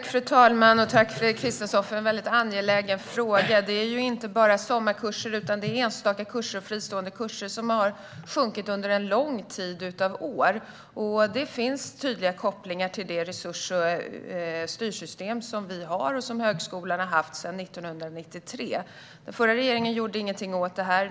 Fru talman! Tack, Fredrik Christensson, för en angelägen fråga! Det gäller inte bara sommarkurser, utan också enstaka kurser och fristående kurser har minskat i antal under en lång tid av år. Det finns tydliga kopplingar till det resurs och styrsystem som vi har och som högskolan har haft sedan 1993. Den förra regeringen gjorde ingenting åt detta.